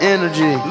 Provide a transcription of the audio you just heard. Energy